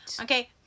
Okay